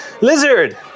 Lizard